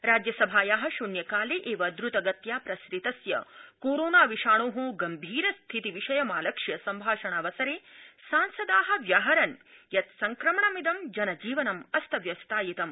राज्यसभाया शून्यकालखि द्रतगत्या प्रसुतस्य कोरोना विषाणो गंभीर स्थिति विषयमालक्ष्य सम्भाषणावसरआंसदा व्याहरन् यत् संक्रमणमिदं जन जीवनम् अस्तव्यवस्तायितम्